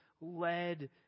led